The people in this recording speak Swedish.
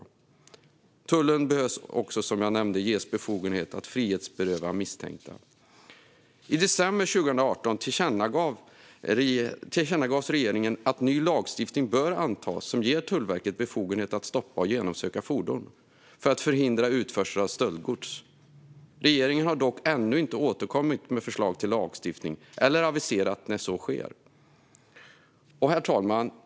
Tullen behöver också, som jag nämnde, ges befogenhet att frihetsberöva misstänkta. I december 2018 tillkännagavs regeringen att ny lagstiftning bör antas som ger Tullverket befogenhet att stoppa och genomsöka fordon för att förhindra utförsel av stöldgods. Regeringen har dock ännu inte återkommit med förslag till lagstiftning eller aviserat när så ska ske. Herr talman!